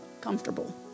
comfortable